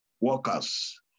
workers